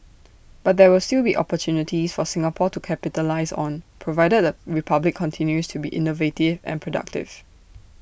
but there will still be opportunities for Singapore to capitalise on provided the republic continues to be innovative and productive